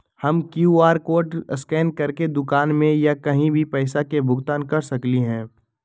हम QR code scan करके दुकान में या कहीं भी पैसा के भुगतान कर सकली ह?